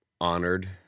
honored